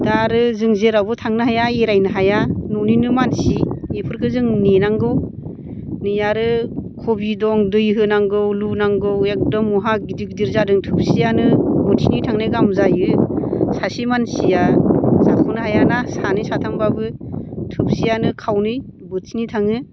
दा आरो जों जेरावबो थांनो हाया एरायनो हाया न'निनो मानसि बेफोरखौ जों नेनांगौ नै आरो क'बि दं दै होनांगौ लुनांगौ एकदम महा गिदिर गिदिर जादों थोबसेयानो बोथिनै थांनाय गाहाम जाहैयो सासे मानसिया जाख'नो हाया ना सानै साथामबाबो थोबसेयानो खावनै बोथिनै थाङो